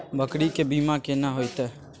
बकरी के बीमा केना होइते?